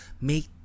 make